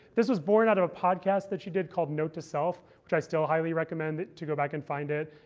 this was born out of a podcast that she did called note to self, which i still highly recommend to go back and find it,